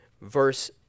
verse